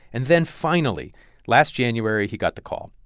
and then finally last january, he got the call.